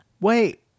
Wait